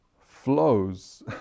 flows